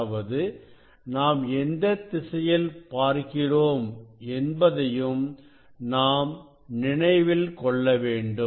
அதாவது நாம் எந்த திசையில் பார்க்கிறோம் என்பதையும் நாம் நினைவில் கொள்ள வேண்டும்